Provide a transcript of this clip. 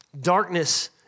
darkness